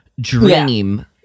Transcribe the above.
dream